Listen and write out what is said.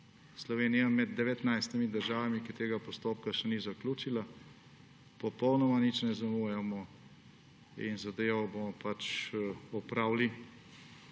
Slovenija je med 19 državami, ki tega postopka še ni zaključila. Popolnoma nič ne zamujamo in zadevo bomo opravili